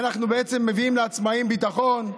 אנחנו מביאים ביטחון לעצמאים.